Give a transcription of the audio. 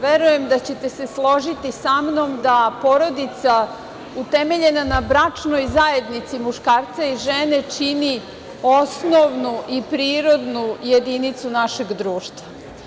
Verujem da ćete se složiti sa mnom da porodica utemeljena na bračnoj zajednici muškarca i žene čini osnovnu i prirodnu jedinicu našeg društva.